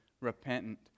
repentant